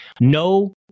No